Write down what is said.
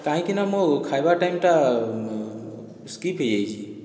କାହିଁକିନା ମୋ ଖାଇବା ଟାଇମଟା ସ୍କିପ ହେଇଯାଇଛି